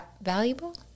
valuable